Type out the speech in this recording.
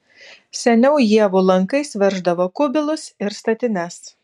seniau ievų lankais verždavo kubilus ir statines